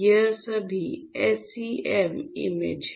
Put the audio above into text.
ये सभी SEM image हैं